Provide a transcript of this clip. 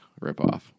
ripoff